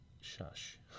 Shush